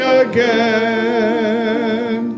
again